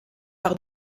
par